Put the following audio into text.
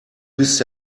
bist